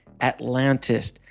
Atlantis